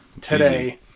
Today